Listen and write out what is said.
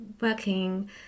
working